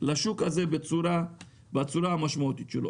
לשוק הזה בצורה המשמעותית שלו.